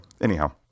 anyhow